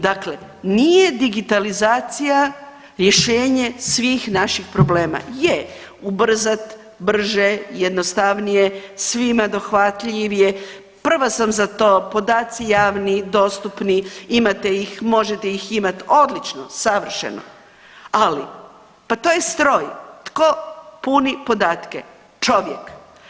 Dakle, nije digitalizacija rješenje svih naših problema, je ubrzat, brže, jednostavnije, svima dohvatljivije, prva sam za to podaci javni dostupni, imate ih, možete ih imat odlično, savršeno, ali, pa to je stroj, tko puni podatke, čovjek.